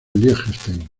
liechtenstein